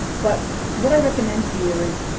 but what i recommend to you is,